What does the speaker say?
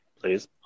please